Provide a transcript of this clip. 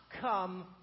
come